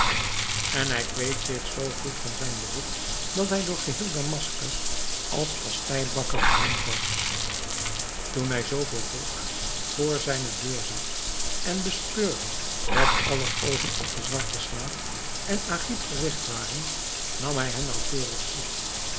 en hij kweet zich zoo goed van zijn beroep dat hij door geheel damaskus als pasteibakker beroemd was toen hij zoo veel volk voor zijne deur zag en bespeurde dat aller oogen op den zwarten slaaf en agib gerigt waren nam hij hen naauwkeurig op